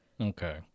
Okay